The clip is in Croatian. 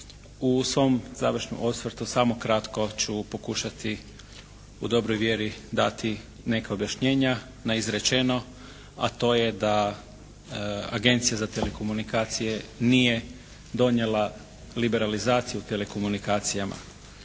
U svom završnom osvrtu samo kratko ću pokušati u dobroj vjeri dati neka objašnjenja na izrečeno a to je da Agencija za telekomunikacije nije donijela liberalizaciju telekomunikacijama.